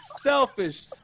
Selfish